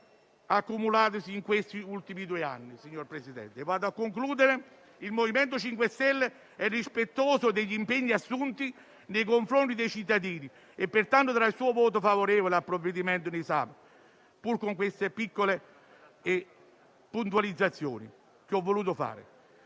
accumulatisi negli ultimi due anni. Signor Presidente, vado a concludere. Il MoVimento 5 Stelle è rispettoso degli impegni assunti nei confronti dei cittadini e, pertanto, darà il suo voto favorevole al provvedimento in esame, pur con le piccole puntualizzazioni che ho voluto fare.